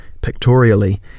pictorially